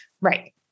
Right